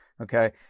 Okay